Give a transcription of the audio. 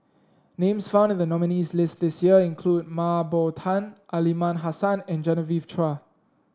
names found in the nominees' list this year include Mah Bow Tan Aliman Hassan and Genevieve Chua